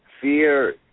fear